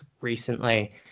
recently